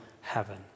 heaven